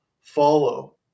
follow